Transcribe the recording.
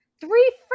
three